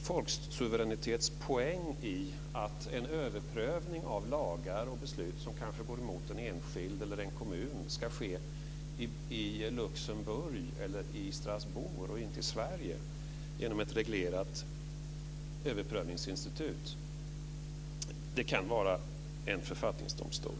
folksuveränitetspoäng i att en överprövning av lagar och beslut som kanske går emot den enskilde eller en kommun ska ske i Luxemburg eller i Strasbourg och inte i Sverige genom ett reglerat överprövningsinstitut - det kan vara en författningsdomstol?